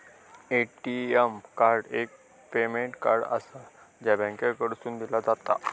ATM card एक payment card आसा, जा बँकेकडसून दिला जाता